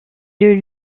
est